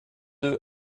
deux